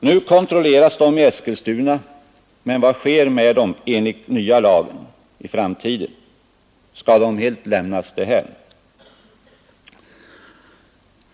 Nu kontrolleras de i Eskilstuna. Vad sker med dem enligt det nya lagförslaget i framtiden? Skall de helt lämnas därhän?